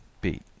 beat